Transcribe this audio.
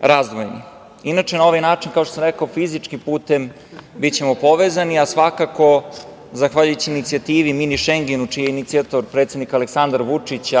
razdvojeni. Inače, na ovaj način, kao što sam rekao, fizičkim putem bićemo povezani, a svakako zahvaljujući inicijativi „Mini Šengenu“, čiji je inicijator predsednik Aleksandar Vučić,